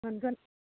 मोनगोन